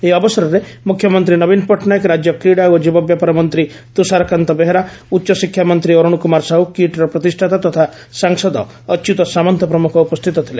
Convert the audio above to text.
ଏହି ଅବସରରେ ମ୍ରଖ୍ୟମନ୍ତୀ ନବୀନ ପଟ୍ଟନାୟକ ରାଜ୍ୟ କ୍ରୀଡ଼ା ଓ ଯୁବବ୍ୟାପାର ମନ୍ତୀ ତୁଷାରକାନ୍ତ ବେହେରା ଉଚ୍ଚଶିକ୍ଷା ମନ୍ତୀ ଅରୁଣ କୁମାର ସାହୁ କିଟ୍ର ପ୍ରତିଷ୍ଠାତା ତଥା ସାଂସଦ ଅଚ୍ୟୁତ ସାମନ୍ତ ପ୍ରମୁଖ ଉପସ୍ଥିତ ଥିଲେ